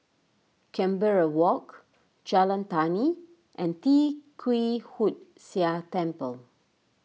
Canberra Walk Jalan Tani and Tee Kwee Hood Sia Temple